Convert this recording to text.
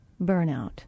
burnout